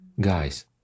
Guys